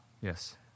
Yes